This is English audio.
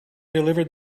delivered